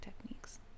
techniques